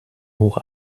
hoch